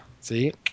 See